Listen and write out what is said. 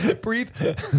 breathe